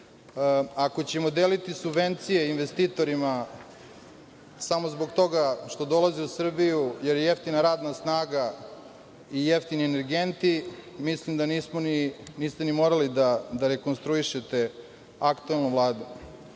Ako ćemo deliti subvencije investitorima samo zbog toga što dolazi u Srbiju, jer je jeftina radna snaga i jeftini energenti, mislim da niste ni morali da rekonstruišete aktuelnu Vladu.